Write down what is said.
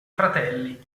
fratelli